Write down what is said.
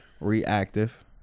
reactive